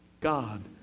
God